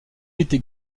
était